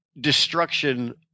destruction